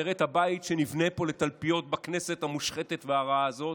ונראה את הבית שנבנה פה לתלפיות בכנסת המושחתת והרעה הזאת,